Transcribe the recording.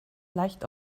leicht